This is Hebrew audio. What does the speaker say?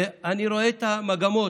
ואני רואה את המגמות.